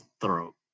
throat